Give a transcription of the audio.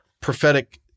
prophetic